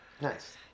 Nice